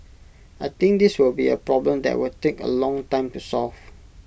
I think this will be A problem that will take A long time to solve